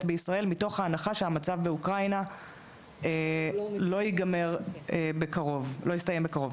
בישראל מתוך ההנחה שהמצב באוקראינה לא יסתיים בקרוב.